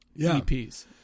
EPs